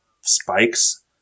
spikes